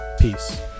Peace